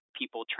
people